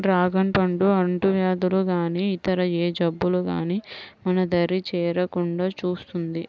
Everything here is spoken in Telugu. డ్రాగన్ పండు అంటువ్యాధులు గానీ ఇతర ఏ జబ్బులు గానీ మన దరి చేరకుండా చూస్తుంది